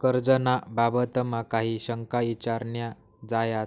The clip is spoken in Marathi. कर्ज ना बाबतमा काही शंका ईचार न्या झायात